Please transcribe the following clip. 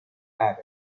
have